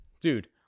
Dude